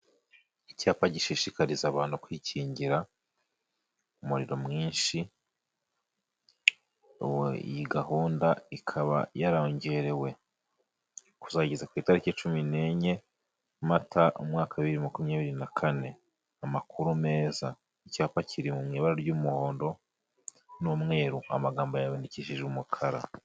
Icyapa gishishikariza abantu kwikingira, umuriro mwinshi, iyi gahunda ikaba yarongerewe kuzageza ku itariki cumi n'enye, mata umwaka wa bibiri makumyabiri na kane. Amakuru meza, icyapa kiri mu ibara ry'umuhondo n'umweru, amagambo yandikishije umukara.